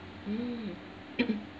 mm